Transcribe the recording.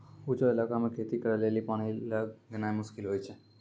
ऊंचो इलाका मे खेती करे लेली पानी लै गेनाय मुश्किल होय छै